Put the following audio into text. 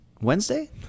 Wednesday